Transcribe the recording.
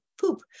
poop